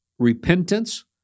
Repentance